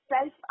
self